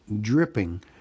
dripping